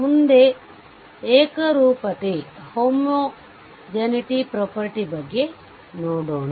ಮುಂದೆ ಏಕರೂಪತೆ ಬಗ್ಗೆ ನೋಡೋಣ